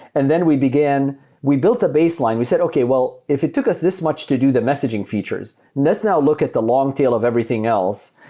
and then we began we built a baseline. we said, okay. well, if it took us this much to do the messaging features, let's now look at the long tail of everything else,